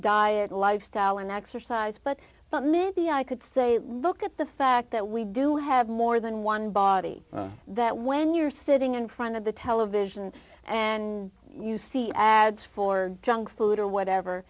diet lifestyle and exercise but maybe i could say look at the fact that we do have more than one body that when you're sitting in front of the television and you see ads for junk food or whatever